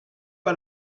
pas